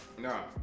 No